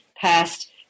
passed